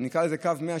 אני אקרא לו קו 100,